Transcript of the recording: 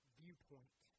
viewpoint